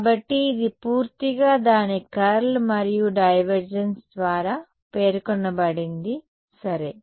కాబట్టి ఇది పూర్తిగా దాని కర్ల్ మరియు డైవర్జెన్స్ ద్వారా పేర్కొనబడింది సరే